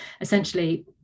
essentially